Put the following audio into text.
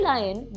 Lion